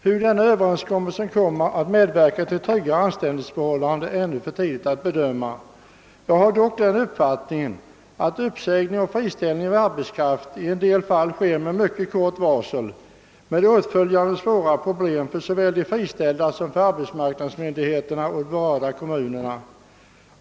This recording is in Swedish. Hur denna överenskommelse kommer att medverka till tryggare anställningsförhållanden är ännu för tidigt att bedöma. Jag har dock den uppfattningen att uppsägning och friställning av arbetskraft i en del fall sker med mycket kort varsel med åtföljande svåra problem för såväl de friställda som arbetsmarknadsmyndigheterna och berörda kommuner.